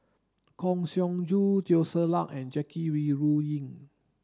Kang Siong Joo Teo Ser Luck and Jackie Yi Ru Ying